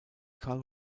carl